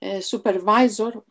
supervisor